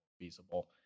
feasible